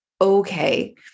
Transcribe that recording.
okay